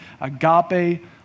agape